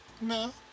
No